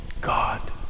God